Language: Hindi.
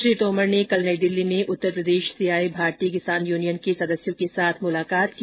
श्री तोमर ने कल नई दिल्ली में उत्तर प्रदेश से आए भारतीय किसान यूनियन के सदस्यों के साथ मुलाकात की